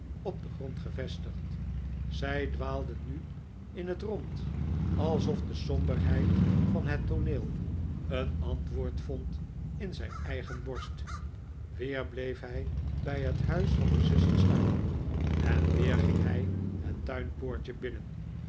op den grond gevestigd zij dwaalden nu in het rond alsof de somberheid van het tooneel een antwoord vond in zijn eigen borst weer bleef hij bij het huis van de zusters staan en weer ging hij het tuinpoortje binnen